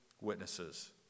witnesses